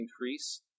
increase